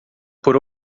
por